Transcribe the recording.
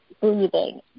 breathing